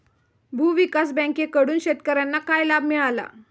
भूविकास बँकेकडून शेतकर्यांना काय लाभ मिळाला?